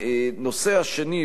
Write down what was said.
הנושא השני,